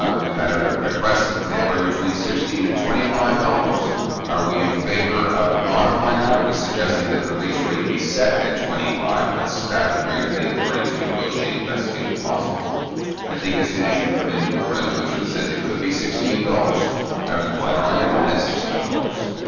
we've had a request anywhere between sixteen and twenty five dollars are we in favor of? modifying that are we suggesting that the lease rate be set at twenty five but strap be granted the authority to negotiate best deal possible i think as soon as you put in a resolution that says it could be sixteen dollars i was a wider i get minus sixteen dollars